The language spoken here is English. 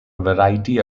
variety